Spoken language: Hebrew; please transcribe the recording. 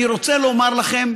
אני רוצה לומר לכם,